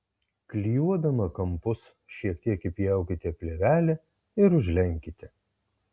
klijuodama kampus šiek tiek įpjaukite plėvelę ir užlenkite